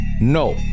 No